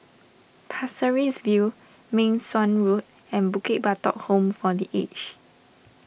Pasir Ris View Meng Suan Road and Bukit Batok Home for the Aged